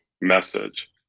message